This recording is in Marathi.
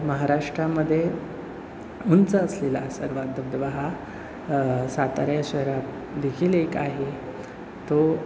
महाराष्ट्रामध्ये उंच असलेला सर्वात धबधबा हा सातारा या शहरात देखील एक आहे तो